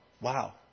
Wow